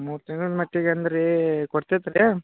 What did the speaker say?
ಮೂರು ತಿಂಗ್ಳ ಮಟ್ಟಿಗೆ ಅಂದಿರಿ ಕೊಡ್ತೈತೆ ರೀ